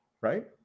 Right